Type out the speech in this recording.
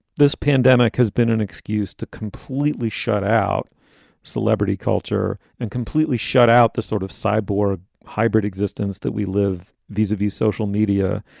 this pandemic has been an excuse to completely shut out celebrity culture and completely shut out this sort of cyborg hybrid existence that we live. these are these social media.